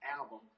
album